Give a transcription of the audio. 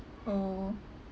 oh